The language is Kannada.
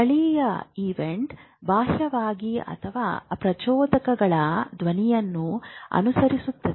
ಸ್ಥಳೀಯ ಈವೆಂಟ್ ಬಾಹ್ಯವಾಗಿ ಅಥವಾ ಪ್ರಚೋದಕಗಳ ಧ್ವನಿಯನ್ನು ಅನುಸರಿಸುತ್ತದೆ